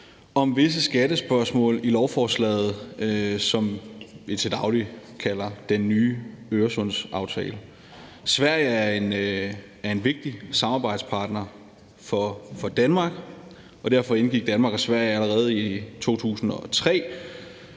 om visse skattespørgsmål, som i lovforslaget benævnes og vi til daglig kalder den nye Øresundsaftale. Sverige er en vigtig samarbejdspartner for Danmark, og derfor indgik Danmark og Sverige allerede i 2003